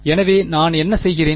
எனவே நான் என்ன செய்கிறேன்